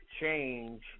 change